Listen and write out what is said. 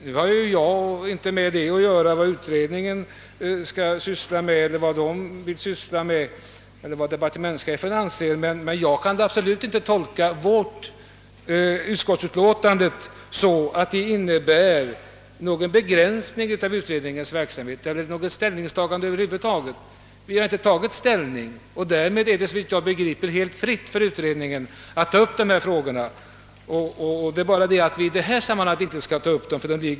Jag har ju inte med att göra vilka avsnitt utredningen skall ta upp, men jag kan absolut inte tolka utskottsutlåtandet så, att det skulle innebära någon inskränkning i utredningens direktiv. Vi har inte på något sätt tagit ställning till utredningens verksamhet, och därmed är det såvitt jag begriper utredningen obetaget att ta upp denna fråga. Vi har bara uttalat att vi i detta sammanhang inte vill ta upp den.